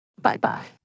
Bye-bye